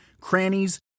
crannies